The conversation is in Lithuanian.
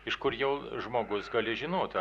iš kur jau žmogus gali žinot